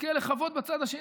שתזכה לכבוד בצד השני.